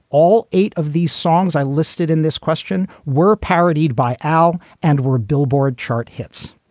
all eight of these songs i listed in this question were parodied by al and were billboard chart hits.